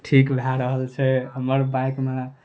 ठीक भऽ रहल छै हमर बाइकमे